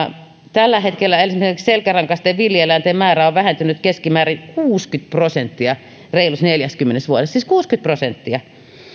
tällä hetkellä esimerkiksi selkärankaisten villieläinten määrä on vähentynyt keskimäärin kuusikymmentä prosenttia reilussa neljässäkymmenessä vuodessa siis kuusikymmentä prosenttia